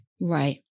Right